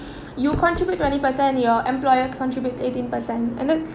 you contribute twenty percent your employer contributes eighteen percent and it's